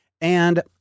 and-